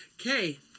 Okay